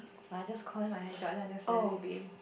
like I just combing my hair dry then I just let it be